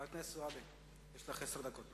חברת הכנסת זועבי, יש לך עשר דקות.